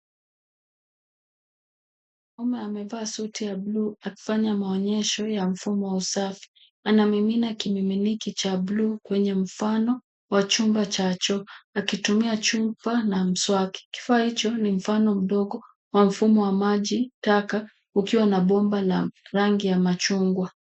Mwanaume amevaa suti ya bluu akifanya maonyesho ya mfumo wa usafi. Anamimina kimiminiki cha bluu kwenye mfano wa chumba cha choo, akitumia chupa na mswaki. Kifaa hicho ni mfano mdogo wa mfumo wa maji taka ukiwa na bomba la rangi ya machungwa.